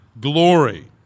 glory